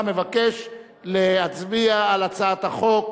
אתה מבקש להצביע על הצעת החוק.